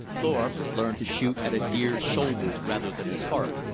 thorpe learned to shoot at a deer's shoulders rather than his heart,